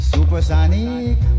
Supersonic